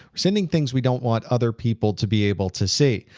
we're sending things we don't want other people to be able to see.